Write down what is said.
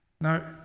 No